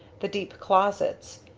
the deep closets,